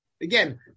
Again